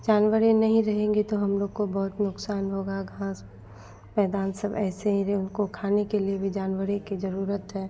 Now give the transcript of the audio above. जानवर नहीं रहेंगे तो हम लोग को बहुत नुक़सान होगा घाँस मैदान सब ऐसे ही र उसको खाने के लिए भी जानवर की ज़रूरत है